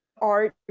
art